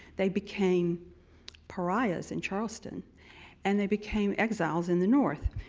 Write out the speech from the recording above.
they became pariahs in charleston and they became exiles in the north.